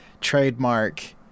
trademark